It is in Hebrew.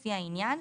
לפי העניין,